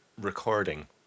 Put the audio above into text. recording